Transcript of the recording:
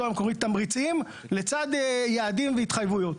המקומי תמריצים לצד יעדים והתחייבויות.